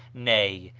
nay,